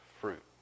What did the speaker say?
fruit